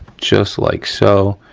just like so,